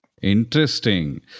Interesting